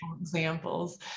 examples